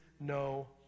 no